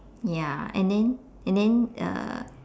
ya and then and then uh